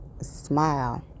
smile